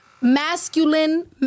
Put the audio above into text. Masculine